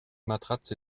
matratze